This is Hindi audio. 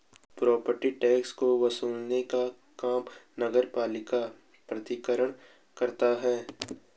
प्रॉपर्टी टैक्स को वसूलने का काम नगरपालिका प्राधिकरण करता है